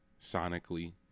sonically